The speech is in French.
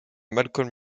malcolm